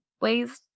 ways